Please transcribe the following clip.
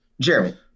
Jeremy